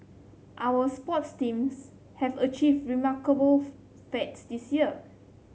our sports teams have achieved remarkable feats this year